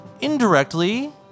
indirectly